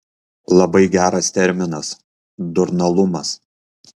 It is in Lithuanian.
labai geras terminas durnalumas